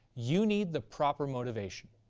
you need the proper motivation.